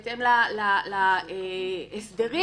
בהתאם להסדרים.